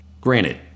granted